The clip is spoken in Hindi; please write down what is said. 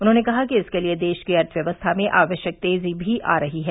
उन्होंने कहा कि इसके लिए देश की अर्थ व्यवस्था में आवश्यक तेजी भी आ रही है